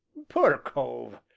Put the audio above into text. poor cove!